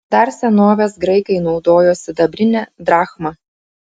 dar senovės graikai naudojo sidabrinę drachmą